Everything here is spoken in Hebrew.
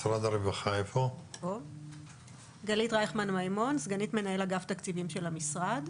אני סגנית מנהל אגף תקציבים של המשרד.